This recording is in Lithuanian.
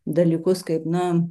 dalykus kaip na